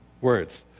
words